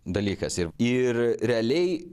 dalykas ir ir realiai